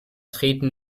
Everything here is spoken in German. treten